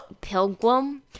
pilgrim